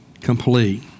complete